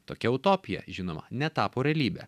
tokia utopija žinoma netapo realybe